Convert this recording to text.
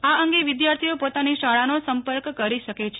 આ અંગે વિદ્યાર્થીઓ પોતાની શાળાનો સંપર્ક પણ કરી શકે છે